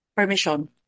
permission